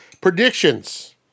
predictions –